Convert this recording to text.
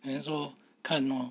他说看 lor